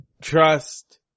trust